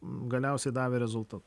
galiausiai davė rezultatu